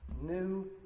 New